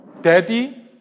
Daddy